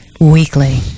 weekly